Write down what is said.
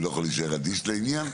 אני לא יכול להישאר אדיש לעניין,